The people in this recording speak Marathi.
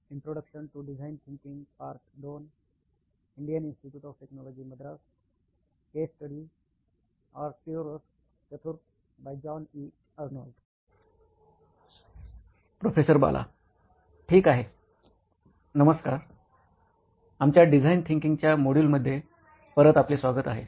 नमस्कार आमच्या डिझाईन थिंकिंगच्या मॉड्यूल्समध्ये परत आपले स्वागत आहे